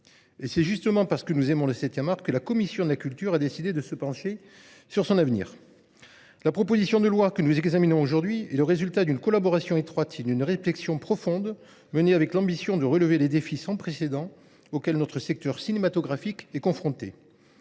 C’est justement parce que nous aimons le septième art que la commission de la culture a décidé de se pencher sur son avenir. Aussi, la proposition de loi que nous examinons aujourd’hui résulte d’une collaboration étroite et d’une réflexion profonde menée avec l’ambition de relever les défis sans précédent auxquels notre secteur cinématographique est confronté.